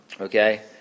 okay